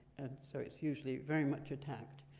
and so it's usually very much attacked.